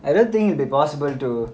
I don't think will be possible to